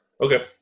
okay